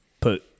put